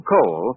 Coal